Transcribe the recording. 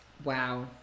Wow